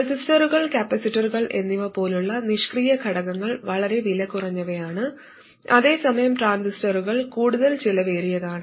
റെസിസ്റ്ററുകൾ കപ്പാസിറ്ററുകൾ എന്നിവ പോലുള്ള നിഷ്ക്രിയ ഘടകങ്ങൾ വളരെ വിലകുറഞ്ഞവയാണ് അതേസമയം ട്രാൻസിസ്റ്ററുകൾ കൂടുതൽ ചെലവേറിയതാണ്